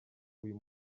uyu